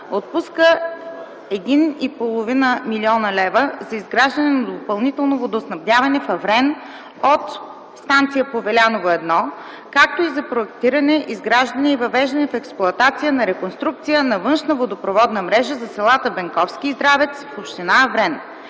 отпуска 1,5 млн. лв. за изграждане на допълнително водоснабдяване в Аврен от станция „Повеляново-1”, както и за проектиране, изграждане и въвеждане в експлоатация на реконструкция на външна водопроводна мрежа за селата Бенковски и Здравец в община Аврен,